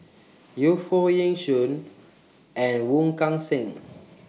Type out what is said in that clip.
Yu Foo Yee Shoon and Wong Kan Seng